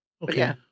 Okay